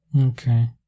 Okay